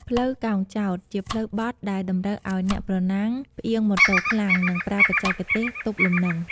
ផ្លូវកោងចោត ជាផ្លូវបត់ដែលតម្រូវឲ្យអ្នកប្រណាំងផ្អៀងម៉ូតូខ្លាំង និងប្រើបច្ចេកទេសទប់លំនឹង។